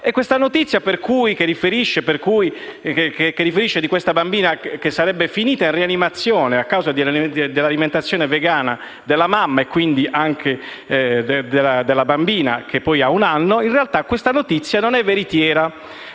e questa notizia che riferisce di una bambina che sarebbe finita in rianimazione a causa dell'alimentazione vegana della mamma (quindi anche della bambina che ha un anno) in realtà non è veritiera,